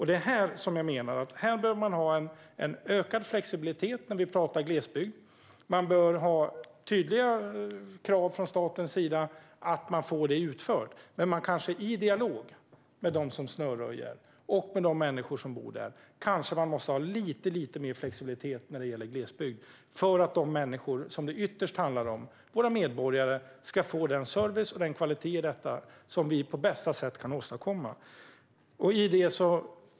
Det är här som jag menar att man måste ha en ökad flexibilitet när det gäller glesbygd. Man bör ha tydliga krav från statens sida om att man ska få det utfört, men man kanske i dialog med dem som snöröjer och med de människor som bor där måste vara lite mer flexibel för att de människor som det ytterst handlar om, våra medborgare, ska få den bästa service och kvalitet i detta som vi kan åstadkomma.